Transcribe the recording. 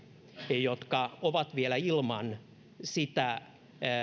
jotka ovat vielä ilman